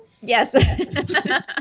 Yes